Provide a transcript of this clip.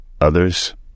others